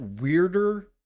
weirder